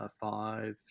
five